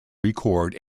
record